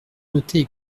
noté